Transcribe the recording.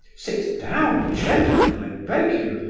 sit down, gentlemen, i beg you.